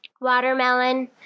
watermelon